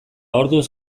orduz